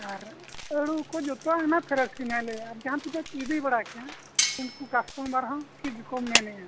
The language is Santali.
ᱟᱨ ᱟᱹᱞᱩ ᱠᱚ ᱡᱚᱛᱚᱣᱟᱜ ᱜᱮ ᱯᱷᱮᱨᱮᱥ ᱜᱮ ᱦᱟᱜ ᱞᱟᱹᱭᱮᱜᱼᱟ ᱡᱟᱦᱟᱸ ᱛᱤᱱᱟᱹᱜ ᱠᱚ ᱤᱫᱤ ᱵᱟᱲᱟ ᱠᱮᱜᱼᱟ ᱩᱱᱠᱩ ᱠᱟᱥᱴᱚᱢᱟᱨ ᱦᱚᱸ ᱴᱷᱤᱠ ᱜᱮᱠᱚ ᱢᱮᱱᱮᱜᱼᱟ